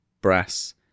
brass